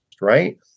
right